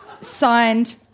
Signed